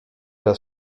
das